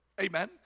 Amen